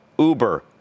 Uber